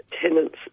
tenants